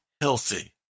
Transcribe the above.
healthy